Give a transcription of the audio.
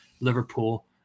Liverpool